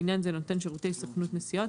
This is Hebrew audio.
לעניין זה, "נותן שירותי סוכנות נסיעות"